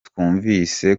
twumvise